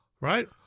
right